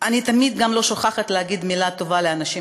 אני תמיד גם לא שוכחת להגיד מילה טובה לאנשים